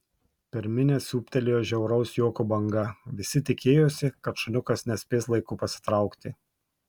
per minią siūbtelėjo žiauraus juoko banga visi tikėjosi kad šuniukas nespės laiku pasitraukti